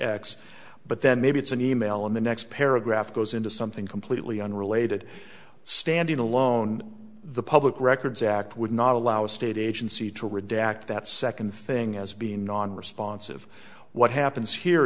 x but then maybe it's an email and the next paragraph goes into something completely unrelated standing alone the public records act would not allow a state agency to redact that second thing as being nonresponsive what happens here